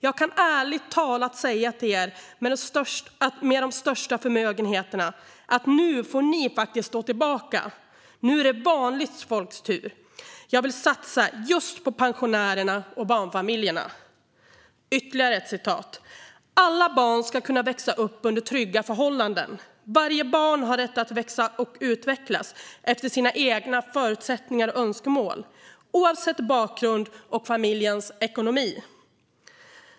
Jag kan ärligt säga till er med de största förmögenheterna: Nu får ni faktiskt stå tillbaka - nu är det vanligt folks tur! Jag vill satsa just på pensionärerna och barnfamiljerna." Här kommer ytterligare ett citat: "Alla barn ska kunna växa upp under trygga förhållanden. Varje barn har rätt att växa och utvecklas efter sina egna förutsättningar och önskemål, oavsett bakgrund och familjens ekonomi."